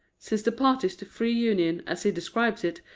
since the parties to free union, as he describes it,